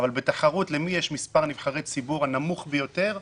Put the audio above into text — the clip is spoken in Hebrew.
בתחרות למי יש מספר נבחרי הציבור הנמוך ביותר.